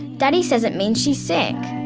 daddy says it means she's sick.